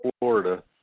Florida